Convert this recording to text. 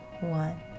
one